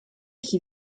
qui